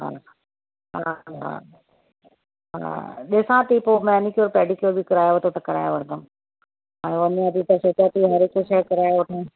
हा हा हा हा ॾिसां थी पोइ मेनीक्योर पेडीक्योर बि करायो त कराए वठंदमि हाणे वञा थी त सोचां थी हर हिकु शइ कराए वठां